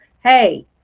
hey